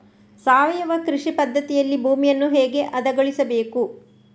ಸಾವಯವ ಕೃಷಿ ಪದ್ಧತಿಯಲ್ಲಿ ಭೂಮಿಯನ್ನು ಹೇಗೆ ಹದಗೊಳಿಸಬೇಕು?